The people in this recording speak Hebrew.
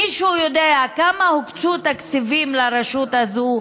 מישהו יודע כמה תקציבים הוקצו לרשות הזאת?